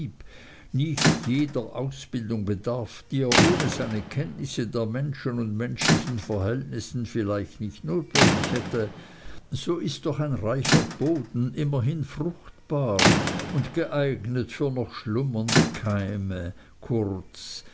nicht jener ausbildung bedarf die er ohne seine kenntnisse der menschen und menschlichen verhältnisse vielleicht notwendig hätte so ist doch ein reicher boden immerhin fruchtbar und geeignet für noch schlummernde keime kurz